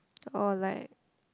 or like